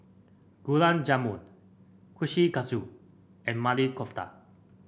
Gulab Jamun Kushikatsu and Maili Kofta